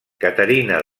caterina